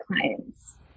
clients